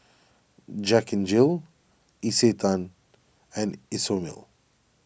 Jack N Jill Isetan and Isomil